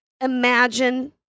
imagine